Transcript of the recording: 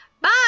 Bye